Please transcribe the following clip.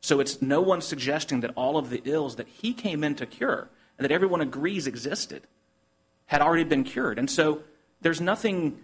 so it's no one's suggesting that all of the bills that he came in to cure that everyone agrees existed had already been cured and so there's nothing